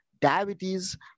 diabetes